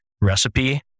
recipe